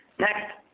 next,